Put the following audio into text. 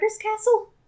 Castle